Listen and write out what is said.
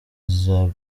zari